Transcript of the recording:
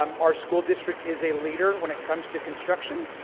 um our school district is a leader when it comes to construction,